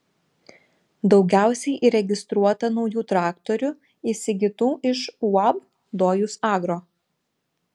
daugiausiai įregistruota naujų traktorių įsigytų iš uab dojus agro